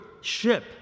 ship